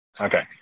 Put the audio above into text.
Okay